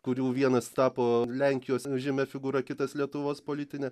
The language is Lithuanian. kurių vienas tapo lenkijos žymia figūra kitas lietuvos politine